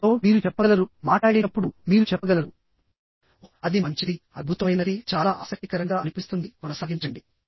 మాటలతో మీరు చెప్పగలరు మాట్లాడేటప్పుడు మీరు చెప్పగలరు ఓహ్ అది మంచిది అద్భుతమైనది చాలా ఆసక్తికరంగా అనిపిస్తుంది కొనసాగించండి